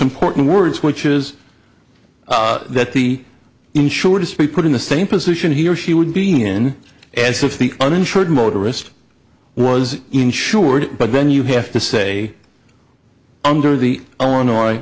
important words which is that the insurer dispy put in the same position he or she would be in as if the uninsured motorist was insured but then you have to say under the illinois